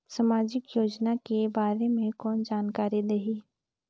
समाजिक योजना के बारे मे कोन जानकारी देही?